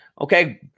Okay